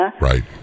Right